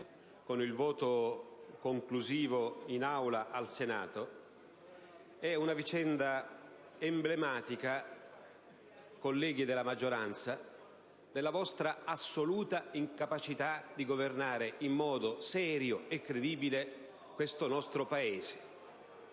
con il voto finale in Aula al Senato è emblematica, colleghi della maggioranza, della vostra assoluta incapacità di governare in modo serio e credibile questo nostro Paese.